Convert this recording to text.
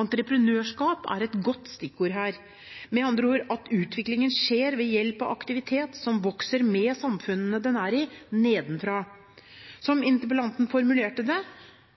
Entreprenørskap er et godt stikkord her, med andre ord at utviklingen skjer ved hjelp av aktivitet som vokser med samfunnet den er i – nedenfra. Som interpellanten formulerte det: